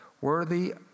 worthy